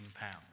pounds